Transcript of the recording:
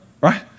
right